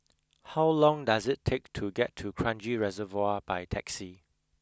how long does it take to get to Kranji Reservoir by taxi